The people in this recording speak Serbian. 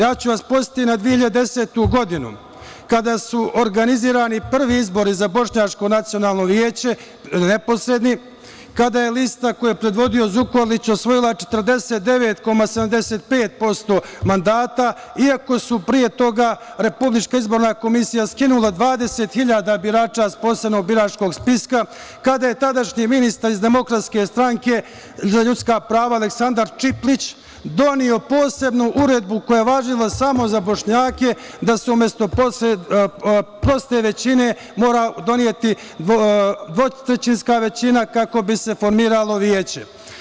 Podsetiću vas na 2010. godinu, kada su organizovani prvi izbori za Bošnjačko nacionalno vijeće, neposredni, kada je lista koju je predvodio Zukorlić osvojila 49,75% mandata, iako su pre toga RIK skinula 20.000 birača sa posebnog biračkog spiska, kada je tadašnji ministar iz DS za ljudska prava Aleksandar Čiplić doneo posebnu uredbu koja je važila samo za Bošnjake, da se umesto proste većine mora doneti dvotrećinska većina kako bi se formiralo vijeće.